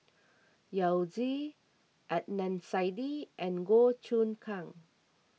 Yao Zi Adnan Saidi and Goh Choon Kang